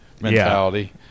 mentality